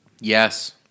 Yes